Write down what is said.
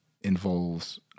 involves